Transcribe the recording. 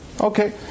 Okay